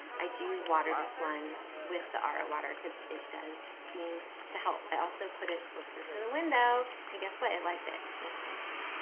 i do water this one with the ro water cause it does seem to help. i also put it closer to the window and guess what, it liked it. most plants do.